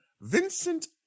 Vincent